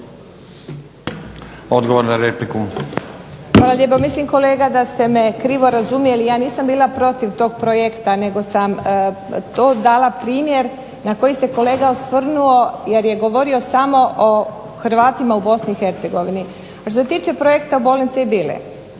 Tatjana (SDP)** Hvala lijepo. Mislim kolega da ste me krivo razumjeli, ja nisam bila protiv tog projekta nego sam to dala primjer na koji se kolega osvrnuo jer je govorio samo o Hrvatima u BiH. Što se tiče projekta bolnice i Bile,